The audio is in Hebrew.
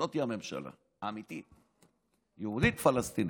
זאת הממשלה האמיתית, יהודית-פלסטינית.